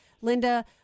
Linda